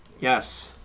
Yes